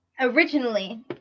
originally